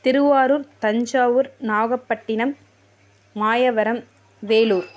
Thiruvarur Thanjavur Nagapattinam Mayavaram Vellore